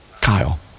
Kyle